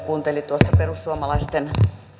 kuunteli tuossa perussuomalaisten